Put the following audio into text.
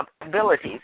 abilities